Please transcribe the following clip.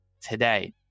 today